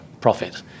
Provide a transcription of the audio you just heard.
profit